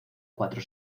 cuatro